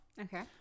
Okay